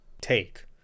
take